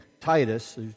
Titus